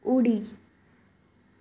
उडी